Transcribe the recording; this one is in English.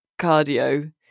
cardio